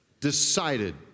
Decided